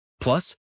Plus